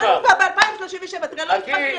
עכשיו אנחנו כבר ב-2037 --- שר העבודה,